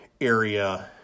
area